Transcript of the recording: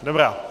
Dobrá.